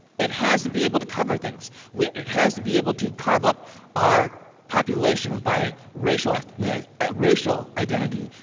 it has to be able to cover things. it has to be able to carve up our population by racial, ah yeah ah racial identity.